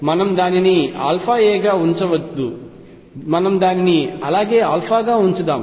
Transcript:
మనం దానిని αa గా ఉంచవద్దు మనం దానిని అలాగే α గా ఉంచుదాం